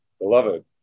beloved